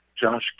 Josh